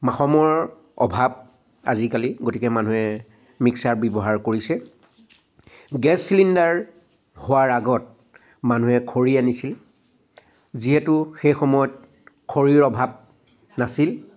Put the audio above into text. বা সময়ৰ অভাৱ আজিকালি গতিকে মানুহে মিক্সাৰ ব্যৱহাৰ কৰিছে গেছ চিলিণ্ডাৰ হোৱাৰ আগত মানুহে খৰী আনিছিল যিহেতু সেই সময়ত খৰীৰ অভাৱ নাছিল